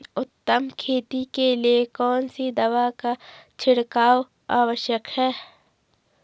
उत्तम खेती के लिए कौन सी दवा का छिड़काव आवश्यक है?